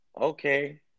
Okay